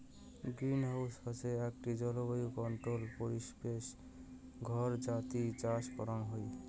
greenhouse হসে আকটি জলবায়ু কন্ট্রোল্ড পরিবেশ ঘর যাতি চাষ করাং হই